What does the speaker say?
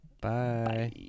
Bye